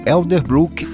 Elderbrook